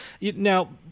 now